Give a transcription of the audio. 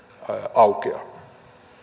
aukeaa